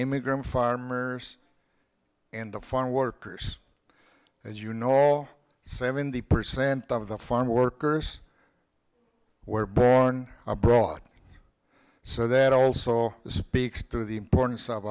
immigrant farmers and the farm workers as you know all seventy percent of the farm workers were born abroad so that also speaks to the importance of